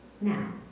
Now